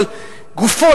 אבל גופו,